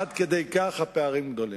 עד כדי כך הפערים גדולים.